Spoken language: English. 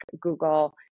Google